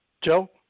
Joe